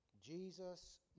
Jesus